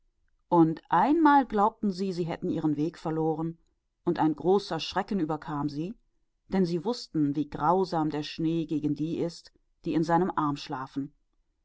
und einmal glaubten sie sie hätten den weg verloren und große angst befiel sie denn sie wußten daß der schnee grausam ist gegen die die in seinen armen